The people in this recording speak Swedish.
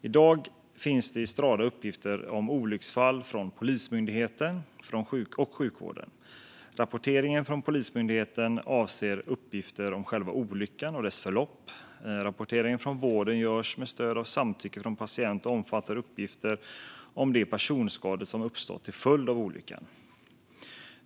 I dag finns det i Strada uppgifter om olycksfall från Polismyndigheten och sjukvården. Rapporteringen från Polismyndigheten avser uppgifter om själva olyckan och dess förlopp. Rapporteringen från vården görs med stöd av samtycke från patienten och omfattar uppgifter om de personskador som uppstått till följd av olyckan.